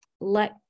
let